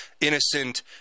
innocent